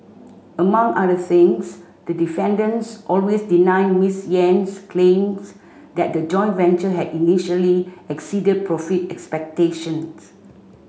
among other things the defendants always deny Ms Yen's claims that the joint venture had initially exceeded profit expectations